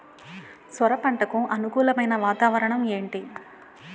సొర పంటకు అనుకూలమైన వాతావరణం ఏంటి?